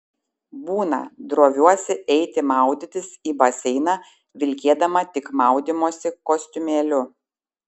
būna droviuosi eiti maudytis į baseiną vilkėdama tik maudymosi kostiumėliu